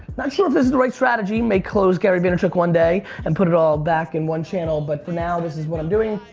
not sure if this is the right strategy, may close garyvaynerchuk one day and put it all back in one channel, but for now, this is what i'm doing.